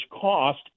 cost